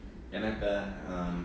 எனக்கா:enakaa um